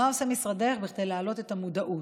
מה עושה משרדך כדי להעלות את המודעות?